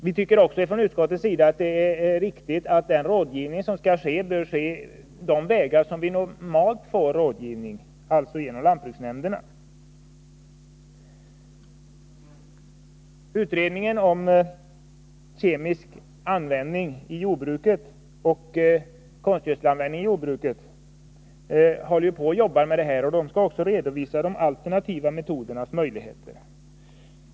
Vi tycker också från utskottets sida att det är riktigt att den rådgivning som skall ske bör komma den väg vi normalt får rådgivning nämligen genom lantbruksnämnderna. Utredningen om kemikalieoch konstgödselanvändningen i jordbruket håller på och jobbar med detta. Denna utredning skall också redovisa de alternativa metodernas möjligheter.